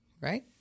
Right